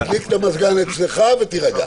אז תדליק את המזגן אצלך ותירגע.